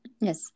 Yes